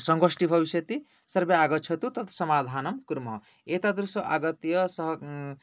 सङ्गोष्टी भविष्यति सर्वे आगच्छतु तत् समाधानं कुर्मः एतादृशाः आगत्य सः